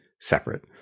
separate